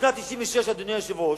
בשנת 1996, אדוני היושב-ראש,